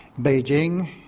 Beijing